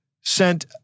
sent